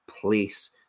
Place